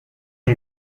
and